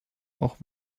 auch